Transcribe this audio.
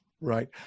right